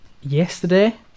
yesterday